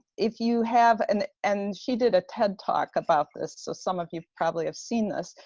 if you have, and and she did a ted talk about this so some of you probably have seen this,